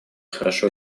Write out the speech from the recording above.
хорошо